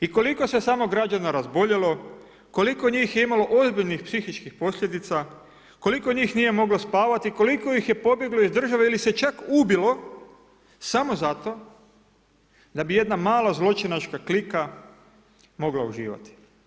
I koliko se samo građana razboljelo, koliko njih je imalo ozbiljnih psihičkih posljedica, koliko njih nije moglo spavati, koliko ih je pobjeglo iz države ili se čak ubilo samo zato da bi jedna mala zločinačka klika mogla uživati.